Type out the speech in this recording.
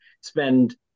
spend